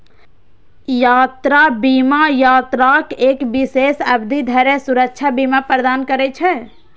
यात्रा बीमा यात्राक एक विशेष अवधि धरि सुरक्षा बीमा प्रदान करै छै